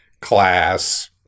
class